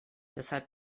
deshalb